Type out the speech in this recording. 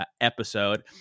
episode